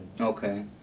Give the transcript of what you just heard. Okay